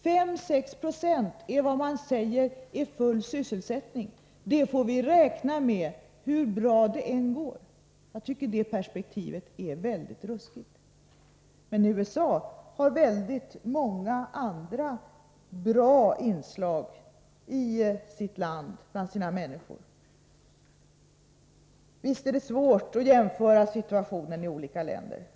5-6 90 kallar man full sysselsättning. Det får vi räkna med, hur bra det än går, säger man. Det perspektivet är mycket ruskigt. Men USA har väldigt många andra bra inslag i sitt land, bland sina människor. Visst är det svårt att jämföra situationen i olika länder.